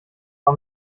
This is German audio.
war